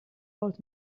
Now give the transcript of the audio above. old